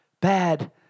bad